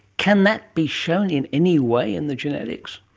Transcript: can that be shown in any way in the genetics?